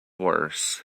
worse